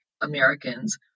Americans